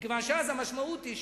מכיוון שאז המשמעות היא,